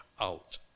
out